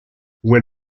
when